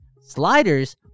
Sliders